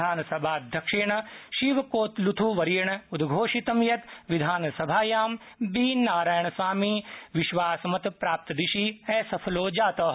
विधानसभा अध्यक्षेण शिवकोलुथ्वर्येण उद्वोषितं यत् विधानसभायां बी नारायणसामी विश्वासमत प्राप्तदिशि असफलो जात इति